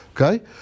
Okay